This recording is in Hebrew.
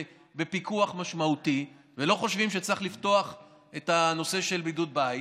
בפיקוח משמעותי ולא חושבים שצריך לפתוח את הנושא של בידוד בית,